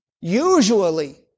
usually